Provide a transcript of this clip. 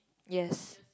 yes